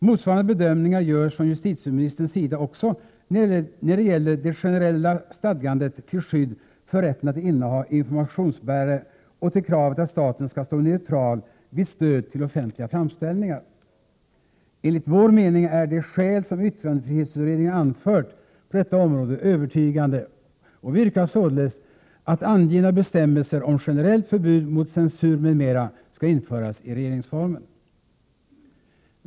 Motsvarande bedömningar görs från justitieministerns sida också när det gäller det generella stadgandet till skydd för rätten att inneha informationsbärare och till kravet att staten skall stå neutral vid stöd till offentliga framställningar. Enligt vår mening är de skäl som yttrandefrihetsutredningen anfört på detta område övertygande, och vi yrkar således att angivna bestämmelser om generellt förbud mot censur m.m. skall införas i regeringsformen.